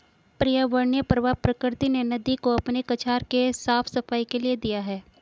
पर्यावरणीय प्रवाह प्रकृति ने नदी को अपने कछार के साफ़ सफाई के लिए दिया है